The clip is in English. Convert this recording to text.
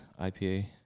IPA